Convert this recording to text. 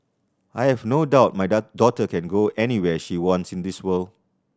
I have no doubt my daughter can go anywhere she wants in the world